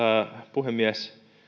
puhemies